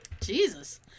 Jesus